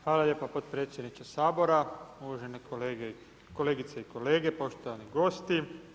Hvala lijepa potpredsjedniče Sabora, uvažene kolegice i kolege, poštovani gosti.